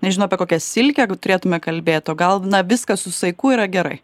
nežinau apie kokią silkę jeigu turėtume kalbėt o gal na viskas su saiku yra gerai